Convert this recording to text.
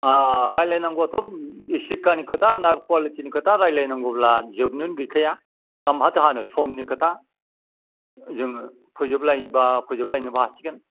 रायलाय नांगौयाथ' शिक्षानि खोथा कुवालिटिनि खोथा रायलाय नांगौब्ला जोबनोनो गैखाया हा माबाथो हानो समनि खोथा जोङो फोजोबलायबा फोजोबलायनोबो हासिगोन